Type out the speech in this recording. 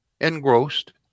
engrossed